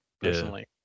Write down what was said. personally